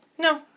No